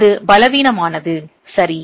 அது பலவீனமானது சரி